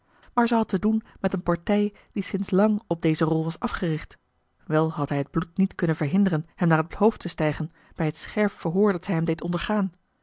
zij had te doen met eene partij die sinds lang op deze rol was afgericht wel had hij het bloed niet kunnen verhinderen hem naar het hoofd te stijgen bij het scherp verhoor dat zij hem deed ondergaan